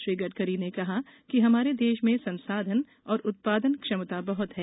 श्री गडकरी ने कहा कि हमारे देश में संसाधन और उत्पादन क्षमता बहुत है